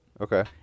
Okay